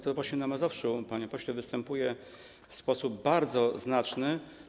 To właśnie na Mazowszu, panie pośle, występuje w sposób bardzo znaczny.